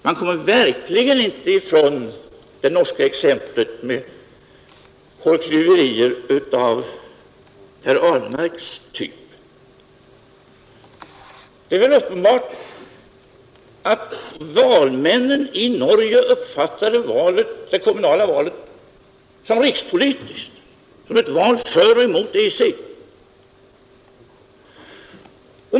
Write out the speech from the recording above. Man kommer verkligen inte ifrån det norska exemplet med hårklyverier av herr Ahlmarks typ. Det är väl uppenbart att valmännen i Norge uppfattade det kommunala valet som rikspolitiskt, som ett val för eller emot EEC.